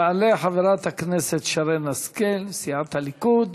תעלה חברת הכנסת שרן השכל, סיעת הליכוד.